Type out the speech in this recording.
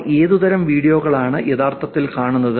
അവർ ഏതുതരം വീഡിയോകളാണ് യഥാർത്ഥത്തിൽ കാണുന്നത്